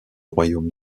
royaume